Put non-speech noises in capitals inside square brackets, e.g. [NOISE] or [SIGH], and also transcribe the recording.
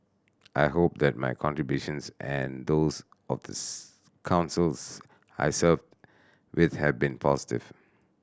I hope that my contributions and those of the [UNINTELLIGIBLE] Councils I served with have been positive